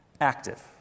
active